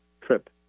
trip